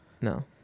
no